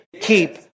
keep